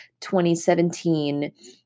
2017